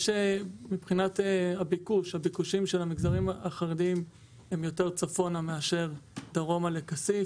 מבחינת הביקושים של המגזרים החרדיים הם יותר צפונה מאשר דרומה לכסיף,